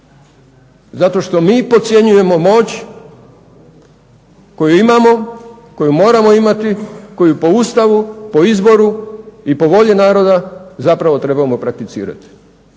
zato što mi podcjenjujemo moć koju imamo, koju moramo imati, koju po Ustavu, po izboru i po volji naroda zapravo trebamo prakticirati.